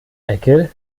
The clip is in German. ecke